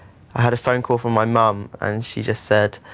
i had a phone call from my mum and she just said,